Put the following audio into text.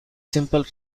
simple